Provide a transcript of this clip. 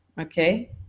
okay